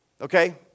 Okay